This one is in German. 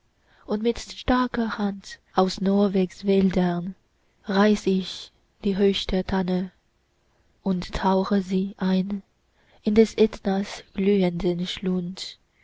und mit starker hand aus norwegs wäldern reiß ich die höchste tanne und tauche sie ein in des ätnas glühenden schlund